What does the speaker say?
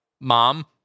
Mom